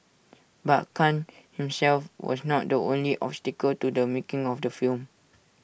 but Khan himself was not the only obstacle to the making of the film